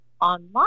online